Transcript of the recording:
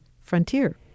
Frontier